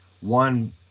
one